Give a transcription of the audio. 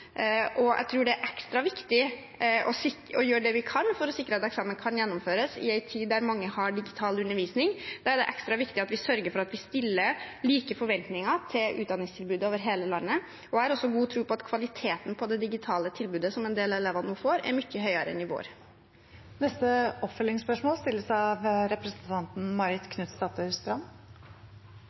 Jeg tror det er ekstra viktig å gjøre det vi kan for å sikre at eksamen kan gjennomføres i en tid der mange har digital undervisning. Da er det ekstra viktig at vi sørger for at vi har like forventninger til utdanningstilbudet over hele landet, og jeg har også god tro på at kvaliteten på det digitale tilbudet som en del elever nå får, er mye høyere enn i vår. Marit Knutsdatter Strand – til oppfølgingsspørsmål.